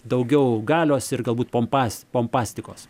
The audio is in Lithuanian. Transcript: daugiau galios ir galbūt pompas pompastikos